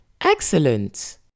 Excellent